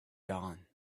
dawn